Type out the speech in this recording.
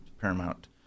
Paramount